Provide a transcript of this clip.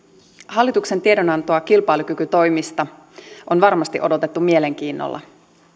hallituksen tiedonantoa kilpailukykytoimista on varmasti odotettu mielenkiinnolla